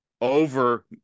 over